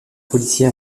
policier